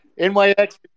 NYX